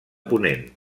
ponent